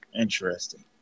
Interesting